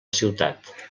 ciutat